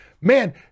man